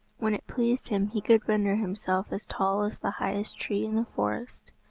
when it pleased him he could render himself as tall as the highest tree in the forest.